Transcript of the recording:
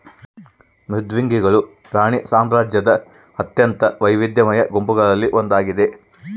ಮೃದ್ವಂಗಿಗಳು ಪ್ರಾಣಿ ಸಾಮ್ರಾಜ್ಯದ ಅತ್ಯಂತ ವೈವಿಧ್ಯಮಯ ಗುಂಪುಗಳಲ್ಲಿ ಒಂದಾಗಿದ